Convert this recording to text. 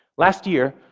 last year,